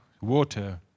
water